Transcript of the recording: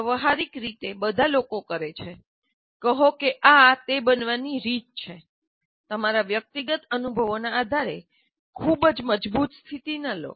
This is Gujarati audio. આ વ્યવહારીક રીતે બધા લોકો કરે છે કહો કે આ તે બનવાની રીત છે તમારા વ્યક્તિગત અનુભવોના આધારે ખૂબ જ મજબૂત સ્થિતિ ન લો